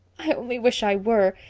i only wish i were.